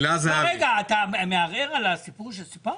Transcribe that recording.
רגע, אתה מערער על הסיפור שסיפרתי?